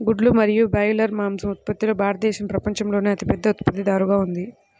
గుడ్లు మరియు బ్రాయిలర్ మాంసం ఉత్పత్తిలో భారతదేశం ప్రపంచంలోనే అతిపెద్ద ఉత్పత్తిదారుగా ఉంది